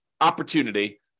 opportunity